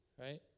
Right